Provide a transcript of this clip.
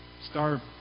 Star